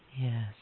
Yes